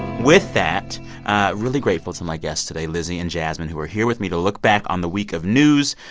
with that really grateful to my guests today, lizzie and jasmine, who are here with me to look back on the week of news,